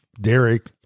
Derek